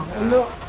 in the